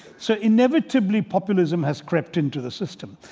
so inevitably populism has crept into the system.